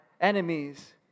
enemies